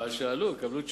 שאלו, יקבלו תשובה.